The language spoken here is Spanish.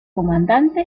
comandante